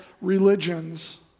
religions